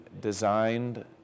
designed